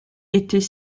était